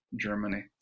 Germany